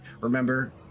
Remember